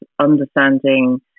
understanding